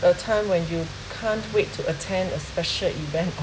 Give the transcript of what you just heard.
the time when you can't wait to attend a special event or